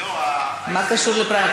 מה קשור לפריימריז?